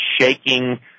shaking